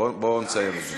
בוא נסיים את זה.